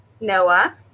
Noah